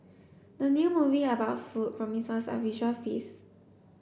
the new movie about food promises a visual feast